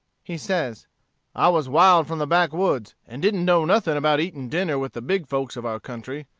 he says i was wild from the backwoods, and didn't know nothing about eating dinner with the big folks of our country.